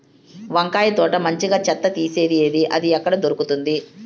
వంకాయ తోట మంచిగా చెత్త తీసేది ఏది? అది ఎక్కడ దొరుకుతుంది?